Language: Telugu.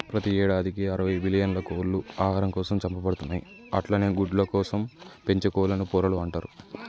ప్రతి యేడాదికి అరవై బిల్లియన్ల కోళ్లు ఆహారం కోసం చంపబడుతున్నయి అట్లనే గుడ్లకోసం పెంచే కోళ్లను పొరలు అంటరు